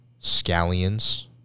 scallions